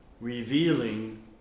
revealing